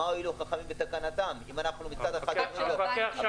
מה הועילו חכמים בתקנתם אם אנחנו מצד אחד --- המפקח שמע.